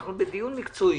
שאנחנו בדיון מקצועי,